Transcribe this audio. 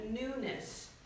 newness